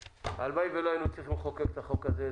הלוואי ולא היינו צריכים לחוקק את החוק הזה,